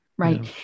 Right